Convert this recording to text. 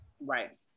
Right